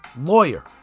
lawyer